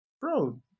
Bro